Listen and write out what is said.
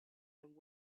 and